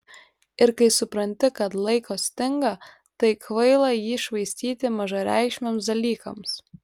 ir kai supranti kad laiko stinga tai kvaila jį švaistyti mažareikšmiams dalykams